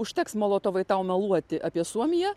užteks molotovai tau meluoti apie suomiją